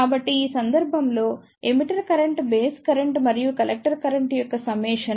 కాబట్టి ఈ సందర్భంలో ఎమిటర్ కరెంట్ బేస్ కరెంట్ మరియు కలెక్టర్ కరెంట్ యొక్క సమ్మేషన్